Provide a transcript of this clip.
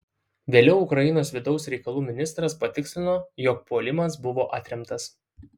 vėliau ukrainos vidaus reikalų ministras patikslino jog puolimas buvo atremtas